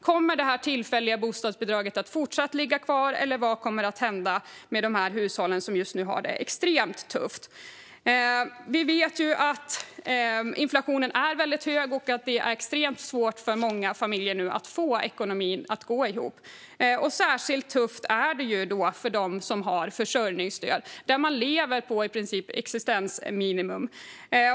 Kommer det tillfälliga bostadsbidraget att ligga kvar, eller vad kommer att hända för de hushåll som nu har det extremt tufft? Vi vet att inflationen är hög och att det är extremt svårt för många familjer att få ekonomin att gå ihop. Särskilt tufft är det för dem som har försörjningsstöd. De lever på i princip existensminimum.